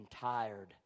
tired